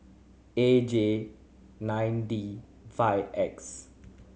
A J nine D five X